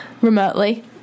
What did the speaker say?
remotely